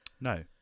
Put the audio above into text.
No